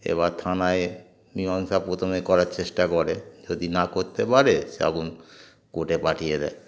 এবার থানায় মীমাংসা প্রথমে করার চেষ্টা করে যদি না করতে পারে সে এখন কোর্টে পাঠিয়ে দেয়